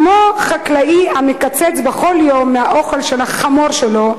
כמו חקלאי המקצץ בכל יום מהאוכל של החמור שלו,